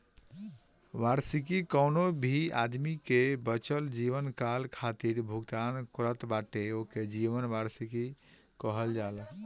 वार्षिकी कवनो भी आदमी के बचल जीवनकाल खातिर भुगतान करत बाटे ओके जीवन वार्षिकी कहल जाला